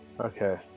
Okay